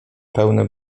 pełne